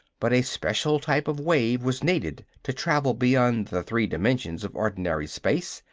but a special type of wave was needed to travel beyond the three dimensions of ordinary space,